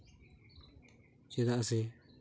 ᱪᱮᱫᱟᱜ ᱥᱮ